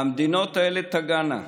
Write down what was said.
והמדינות האלה תגענה.